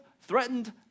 threatened